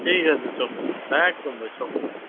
ঠিক আছে চল একদম ভাই সব ঠিকঠাক